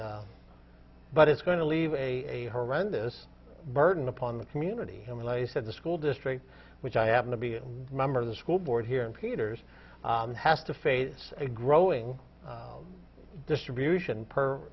and but it's going to leave a horrendous burden upon the community and i said the school district which i happen to be a member of the school board here in peters has to face a growing distribution per